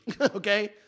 Okay